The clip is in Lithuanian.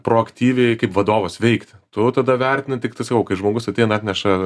proaktyviai kaip vadovas veikti tu tada vertini tiktai savo kai žmogus ateina atneša